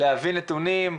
להביא נתונים,